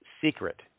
secret